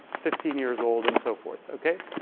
fifteen years old and so forth, okay?